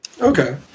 Okay